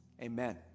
Amen